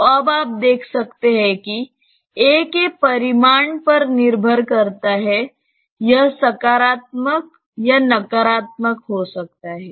तो अब आप देख सकते हैं कि a के परिमाण पर निर्भर करता है यह सकारात्मक या नकारात्मक हो सकता है